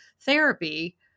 therapy